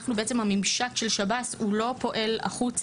אנחנו בעצם הממשק של שב"ס, הוא לא פועל החוצה.